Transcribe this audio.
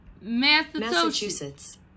Massachusetts